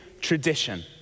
tradition